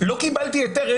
לא קיבלתי היתר,